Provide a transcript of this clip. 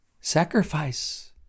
sacrifice